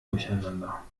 durcheinander